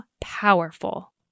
powerful